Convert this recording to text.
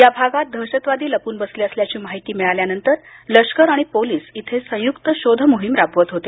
या भागात दहशतवादी लपून बसले असल्याची माहिती मिळाल्यानंतर लष्कर आणि पोलीस इथे संयुक्त शोधमोहीम राबवत होते